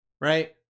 right